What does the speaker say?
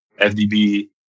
FDB